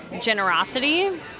Generosity